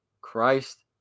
Christ